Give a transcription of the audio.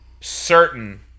certain